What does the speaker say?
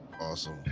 awesome